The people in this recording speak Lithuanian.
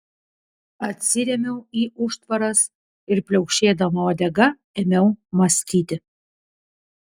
atsirėmiau į užtvaras ir pliaukšėdama uodega ėmiau mąstyti